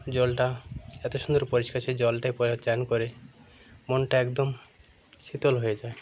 জলটা এত সুন্দর পরিষ্কার সে জলটা চান করে মনটা একদম শীতল হয়ে যায়